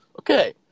Okay